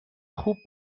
خوب